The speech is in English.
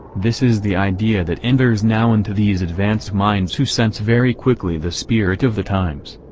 this is the idea that enters now into these advanced minds who sense very quickly the spirit of the times.